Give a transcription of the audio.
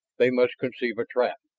they must conceive a trap.